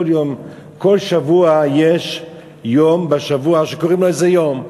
כל שבוע יש יום שקוראים לו איזה יום.